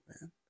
man